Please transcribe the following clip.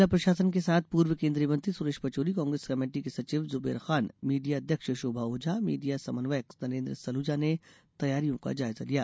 कल जिला प्रशासन के साथ पूर्व केन्द्रीय मंत्री सुरेश पचोरी कांग्रेस कमेटी के सचिव जुबेर खान मीडिया अध्यक्ष शोभ ओझा मीडिया समन्वयक नरेन्द्र सलुजा ने तैयारियों का जायजा लिया